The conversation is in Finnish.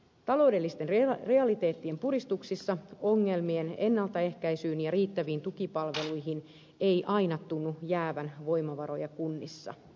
taloudellisen realiteettien puristuksessa ongelmien ennaltaehkäisyyn ja riittäviin tukipalveluihin ei aina tunnu jäävän voimavaroja kunnissa